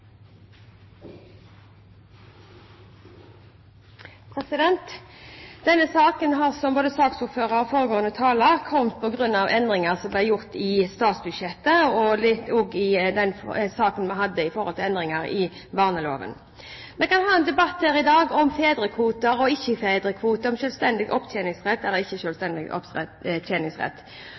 framover. Denne saken har, som både saksordføreren og foregående taler sa, kommet på grunn av endringer som ble gjort i statsbudsjettet og på grunn av den saken vi hadde, som gjaldt endringer i barneloven. Vi kan ha en debatt her i dag om fedrekvoter og ikke fedrekvoter, om selvstendig opptjeningsrett eller ikke